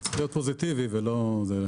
זה צריך להיות פוזיטיבי ולא נגטיבי.